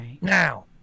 now